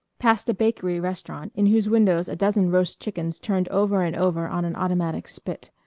passed a bakery-restaurant in whose windows a dozen roast chickens turned over and over on an automatic spit.